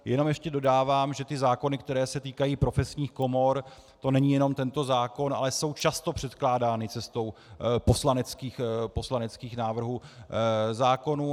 Jenom ještě dodávám, že ty zákony, které se týkají profesních komor, to není jenom tento zákon, ale jsou často předkládány cestou poslaneckých návrhů zákonů.